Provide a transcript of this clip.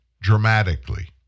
dramatically